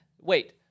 Wait